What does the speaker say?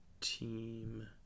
Team